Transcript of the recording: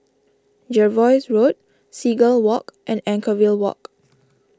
Jervois Road Seagull Walk and Anchorvale Walk